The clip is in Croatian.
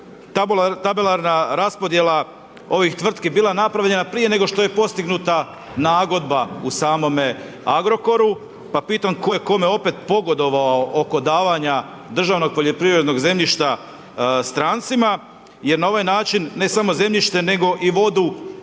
tabelarna raspodjela ovih tvrtki bila napravljena prije što je postignuta nagodba u samome Agrokoru, pa pitam tko je kome opet pogodovao oko davanja državnog poljoprivrednog zemljišta strancima jer na ovaj način ne samo zemljište nego i vodu